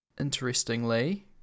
interestingly